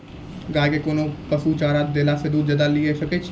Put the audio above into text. गाय के कोंन पसुचारा देला से दूध ज्यादा लिये सकय छियै?